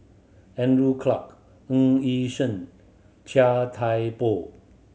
Andrew Clarke Ng Yi Sheng Chia Thye Poh